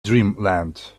dreamland